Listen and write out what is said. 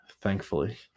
thankfully